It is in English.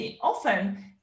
often